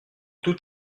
tout